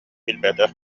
билбэтэ